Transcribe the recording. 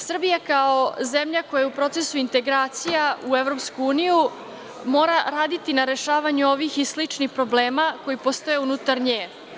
Srbija kao zemlja koja je u procesu integracija u Evropsku uniju mora raditi na rešavanju ovih i sličnih problema koji postoje unutar nje.